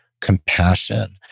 compassion